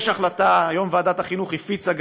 יש החלטה, והיום ועדת החינוך הפיצה,